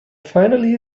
finally